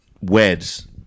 weds